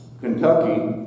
Kentucky